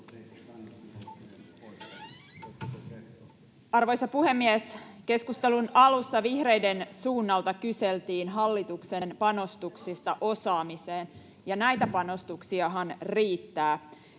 Arvoisa puhemies! Keskustelun alussa vihreiden suunnalta kyseltiin hallituksen panostuksista osaamiseen, ja näitä panostuksiahan riittää.